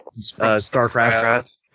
Starcraft